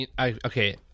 okay